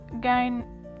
gain